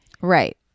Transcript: Right